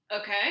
Okay